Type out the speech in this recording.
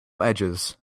edges